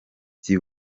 by’i